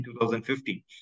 2015